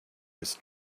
his